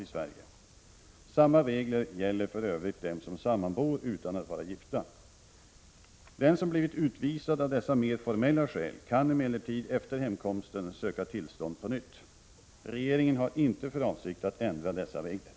Anser invandrarministern att principen om makars rätt att få leva samman har den styrkan att regeringen kommer att ompröva utvisningen av de fall där utvisningsbeslutet strider mot denna princip?